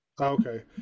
Okay